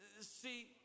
See